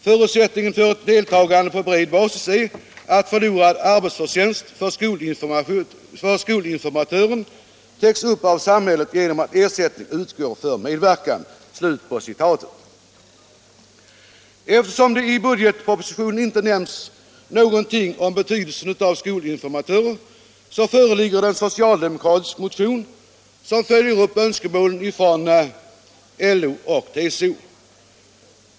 Förutsättningen för ett deltagande på bred basis är att förlorad arbetsförtjänst för skolinformatören täcks upp av samhället genom att ersättning utgår för medverkan.” Eftersom det i budgetpropositionen inte nämns någonting om betydelsen av skolinformatörer föreligger det en socialdemokratisk motion, som följer upp önskemålen från LO och TCO.